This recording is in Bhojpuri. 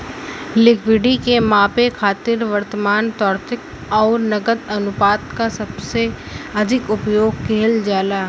लिक्विडिटी के मापे खातिर वर्तमान, त्वरित आउर नकद अनुपात क सबसे अधिक उपयोग किहल जाला